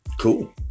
Cool